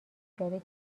جاده